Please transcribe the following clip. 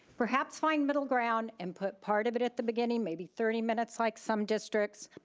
perhaps find middle ground, and put part of it at the beginning. maybe thirty minutes like some districts.